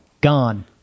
Gone